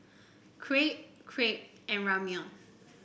Crepe Crepe and Ramyeon